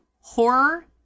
Horror